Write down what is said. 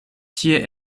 tie